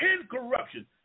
incorruption